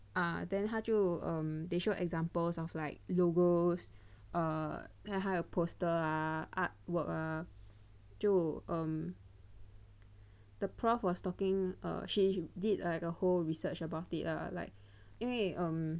so they talk about ah then 他就 um they showed examples of like logos err 还有 poster ah art work ah 就 um the prof was talking err she did like a whole research about it lah like 因为 um